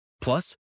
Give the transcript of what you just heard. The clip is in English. Plus